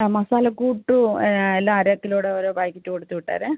ആ മസാലക്കൂട്ടും എല്ലാം അര കിലോയുടെ ഓരോ പായ്ക്കറ്റ് കൊടുത്ത് വിട്ടേരേ